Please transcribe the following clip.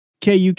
KUK